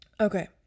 Okay